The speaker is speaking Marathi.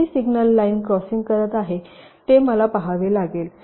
किती सिग्नल लाइन क्रॉसिंग करत आहेत ते मला पहावे लागेल